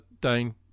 Dane